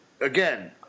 again